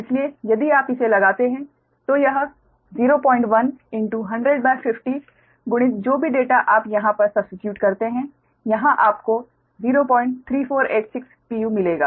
इसलिए यदि आप इसे लगाते हैं तो यह 01100 50 गुणित जो भी डेटा आप यहां पर सब्स्टीट्यूट करते हैं यहाँ आपको 03486 pu मिलेगा